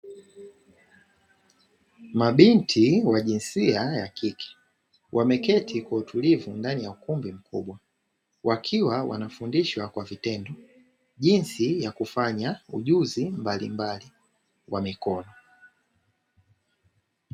Mabinti wa jinsia ya kike, wameketi kwa utulivu ndani ya ukumbi mkubwa. Wakiwa wanafundishwa kwa vitendo jinsi ya kufanya ujuzi mbalimbali wa mikono.